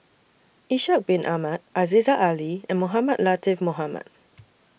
Ishak Bin Ahmad Aziza Ali and Mohamed Latiff Mohamed